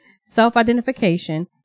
self-identification